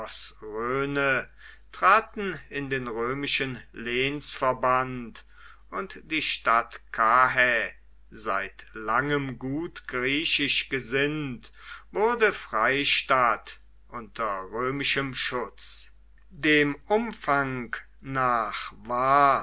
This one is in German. traten in den römischen lehnsverband und die stadt karrhä seit langem gut griechisch gesinnt wurde freistadt unter römischem schutz dem umfang nach war